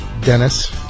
Dennis